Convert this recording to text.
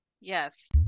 Yes